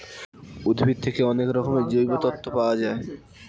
উদ্ভিদ থেকে অনেক রকমের জৈব তন্তু পাওয়া যায়